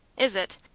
is it?